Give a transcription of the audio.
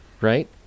right